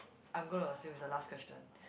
I'm going to assume is the last question